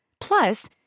Plus